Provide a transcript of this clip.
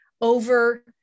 over